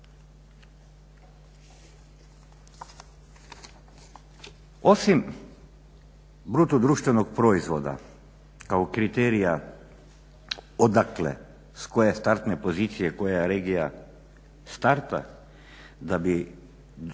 Osim bruto društvenog proizvoda kao kriterija odakle, s koje startne pozicije koja regija starta da bi došla